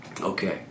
Okay